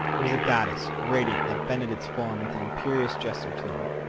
it was a goddess, radiant, that bended its form with an imperious gesture to him.